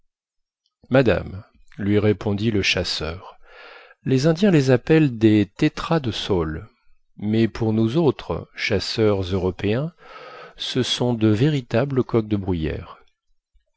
madame lui répondit le chasseur les indiens les appellent des tétras de saules mais pour nous autres chasseurs européens ce sont de véritables coqs de bruyère